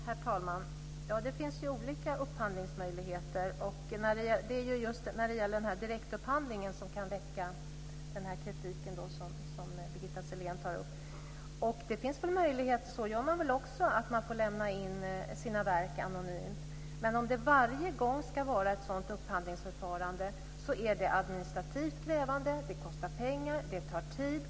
Herr talman! Det finns olika upphandlingsmöjligheter. Det är just direktupphandlingen som kan väcka den kritik som Birgitta Sellén tar upp. Det går väl också till så att man får lämna in sina verk anonymt. Men att varje gång ha ett sådant upphandlingsförfarande är administrativt krävande. Det kostar pengar. Det tar tid.